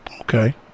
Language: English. okay